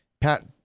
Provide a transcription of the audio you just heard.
Pat